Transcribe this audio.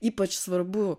ypač svarbu